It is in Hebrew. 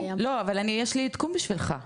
לא, אבל יש לי עדכון בשבילך.